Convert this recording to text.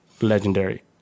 Legendary